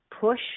push